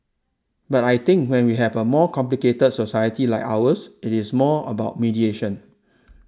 but I think when we have a more complicated society like ours it is more about mediation